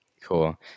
cool